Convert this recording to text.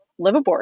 liveaboard